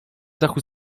zachód